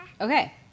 okay